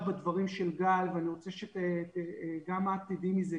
בדברים של גל ואני רוצה שגם את תדעי מזה,